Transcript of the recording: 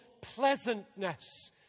pleasantness